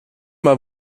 mal